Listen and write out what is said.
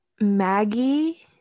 Maggie